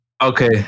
Okay